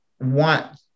want